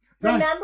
Remember